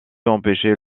empêcher